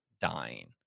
dying